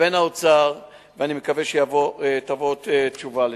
לבין האוצר, ואני מקווה שתבוא תשובה לשם.